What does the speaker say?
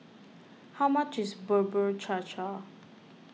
how much is Bubur Cha Cha